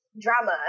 drama